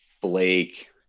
Blake